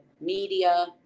media